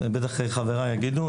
בטח חבריי יגידו.